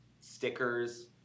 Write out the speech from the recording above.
stickers